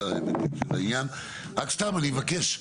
אני מבקש,